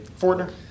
Fortner